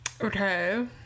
okay